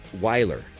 Weiler